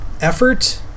effort